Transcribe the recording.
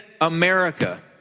America